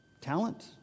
Talent